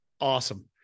awesome